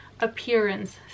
appearance